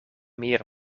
meer